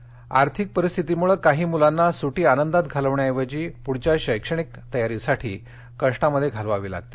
सुटी इंट्रो आर्थिक परिस्थितीमुळं काही मुलांना सुटी आनंदात घालवण्याऐवजी पुढच्या शैक्षणिक तयारीसाठी कष्टामध्ये घालवावी लागते